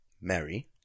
Mary